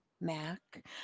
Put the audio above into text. Mac